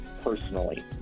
personally